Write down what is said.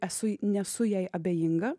esu nesu jai abejinga